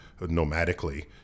nomadically